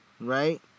right